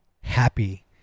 happy